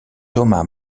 thomas